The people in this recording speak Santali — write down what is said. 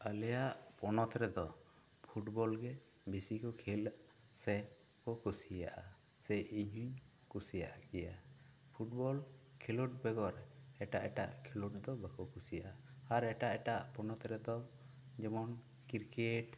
ᱟᱞᱮᱭᱟᱜ ᱯᱚᱱᱚᱛ ᱨᱮᱫᱚ ᱯᱷᱩᱴᱵᱚᱞ ᱜᱮ ᱵᱤᱥᱤ ᱠᱚ ᱠᱷᱮᱞ ᱥᱮ ᱠᱩᱥᱤᱭᱟᱜ ᱟ ᱥᱮ ᱤᱧ ᱦᱚᱸᱧ ᱠᱩᱥᱤᱭᱟᱜ ᱜᱮᱭᱟ ᱯᱷᱩᱴᱵᱚᱞ ᱠᱷᱮᱞᱚᱰ ᱵᱮᱜᱚᱨ ᱮᱴᱟᱜ ᱮᱴᱟᱜ ᱠᱷᱮᱞᱚᱰ ᱫᱚ ᱵᱟᱠᱚ ᱠᱩᱥᱤᱭᱟᱜ ᱟ ᱟᱨ ᱮᱴᱟᱜ ᱮᱴᱟᱜ ᱯᱚᱱᱚᱛ ᱨᱮ ᱫᱚ ᱡᱮᱢᱚᱱ ᱠᱤᱨᱠᱮᱴ